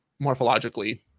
morphologically